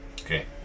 Okay